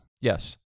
Yes